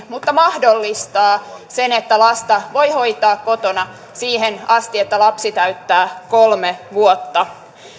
mutta mahdollistaa sen että lasta voi hoitaa kotona siihen asti että lapsi täyttää kolme vuotta